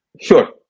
Sure